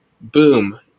Boom